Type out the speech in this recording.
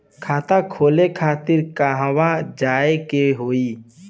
खाता खोले खातिर कहवा जाए के होइ?